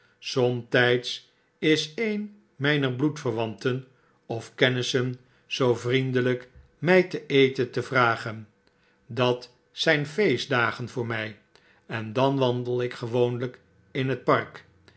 somtijds is een mper bloedyerwanten of kennissen zoo vriendelp mij ten eten te vragen dat zp feestdagen voor mij en dan wandel ik gewoonlp in het park